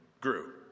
grew